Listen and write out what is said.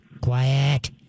quiet